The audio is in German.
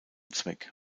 zweck